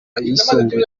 ayisumbuye